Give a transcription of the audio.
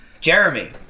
Jeremy